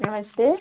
नमस्ते